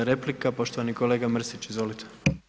5. replika, poštovani kolega Mrsić, izvolite.